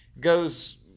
goes